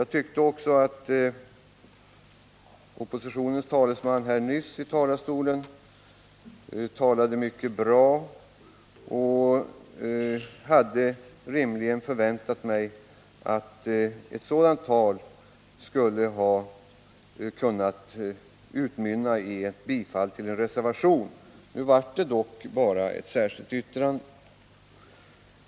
Jag tycker att oppositionens talesman talade mycket bra här från talarstolen. Jag hade därför väntat mig att ett sådant resonemang rimligen skulle ha kunnat utmynna i en reservation i utskottet, men nu blev det bara ett särskilt yttrande.